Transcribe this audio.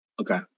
Okay